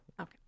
okay